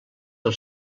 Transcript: del